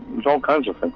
there's all kinds of things.